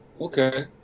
okay